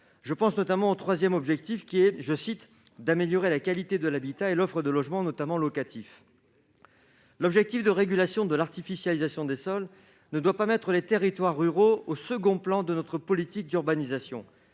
Je pense notamment au troisième objectif, celui d'« améliorer la qualité de l'habitat et l'offre de logement, notamment locatif ». L'objectif de régulation de l'artificialisation des sols ne doit pas reléguer les territoires ruraux au second plan de notre politique d'urbanisation.